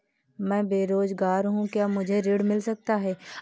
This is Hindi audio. मैं बेरोजगार हूँ क्या मुझे ऋण मिल सकता है?